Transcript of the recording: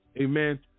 Amen